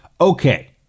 Okay